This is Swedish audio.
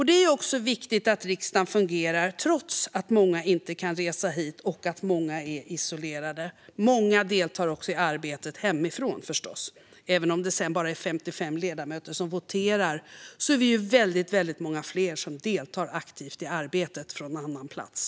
Det är viktigt att riksdagen fungerar trots att många inte kan resa hit och trots att många är isolerade. Många deltar också i arbetet hemifrån, förstås - även om det bara är 55 ledamöter som voterar är vi många fler som deltar aktivt i arbetet från annan plats.